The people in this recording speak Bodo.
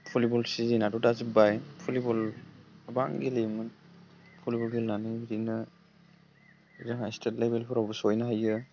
भलीबल सिजोनाथ' दा जोबबाय भलीबल गोबां गेलेयोमोन भलीबल गेलेनानै बिदिनो जोंहा स्टेट लेभेलफोरावबो सहैनो हायो